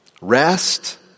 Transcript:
Rest